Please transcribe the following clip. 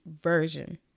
Version